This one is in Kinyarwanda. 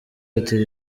ati